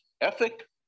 ethic